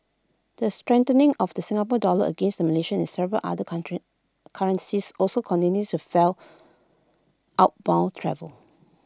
the strengthening of the Singapore dollar against the Malaysian and several other currencies also continues to fuel outbound travel